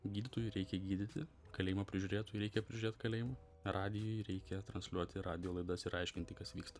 gydytojui reikia gydyti kalėjimo prižiūrėtojui reikia prižiūrėt kalėjimą radijuj reikia transliuoti radijo laidas ir aiškinti kas vyksta